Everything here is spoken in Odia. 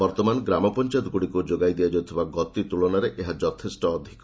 ବର୍ତ୍ତମାନ ଗ୍ରାମ ପଞ୍ଚାୟତଗୁଡ଼ିକୁ ଯୋଗାଇ ଦିଆଯାଉଥିବା ଗତି ତୁଳନାରେ ଏହା ଯଥେଷ୍ଟ ଅଧିକ